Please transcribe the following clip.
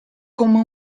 come